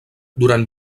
durant